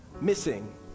missing